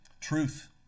truth